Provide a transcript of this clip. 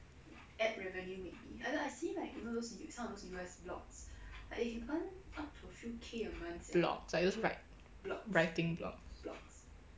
blogs like those write writing blogs